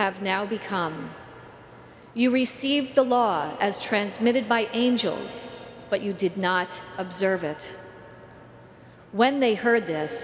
have now become you received the law as transmitted by angels but you did not observe it when they heard this